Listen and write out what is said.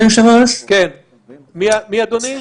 היושב-ראש,